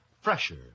fresher